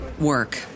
work